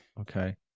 Okay